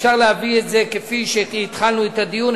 אפשר להביא את זה כפי שהתחלנו את הדיון,